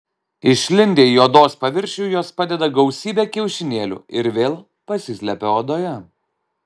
išlindę į odos paviršių jos padeda gausybę kiaušinėlių ir vėl pasislepia odoje